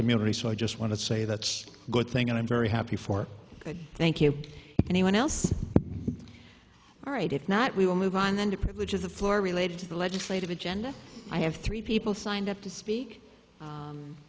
community so i just want to say that's a good thing and i'm very happy for that thank you anyone else right if not we will move on then to privileges the floor related to the legislative agenda i have three people signed up to speak